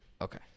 okay